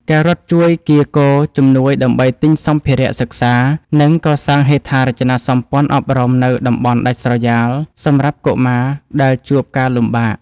ការរត់ជួយកៀរគរជំនួយដើម្បីទិញសម្ភារៈសិក្សា និងកសាងហេដ្ឋារចនាសម្ព័ន្ធអប់រំនៅតំបន់ដាច់ស្រយាលសម្រាប់កុមារដែលជួបការលំបាក។